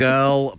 Girl